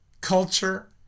Culture